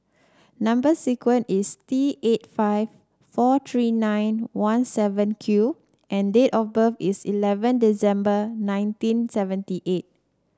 number sequence is T eight five four three nine one seven Q and date of birth is eleven December nineteen seventy eight